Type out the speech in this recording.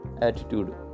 attitude